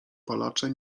palacze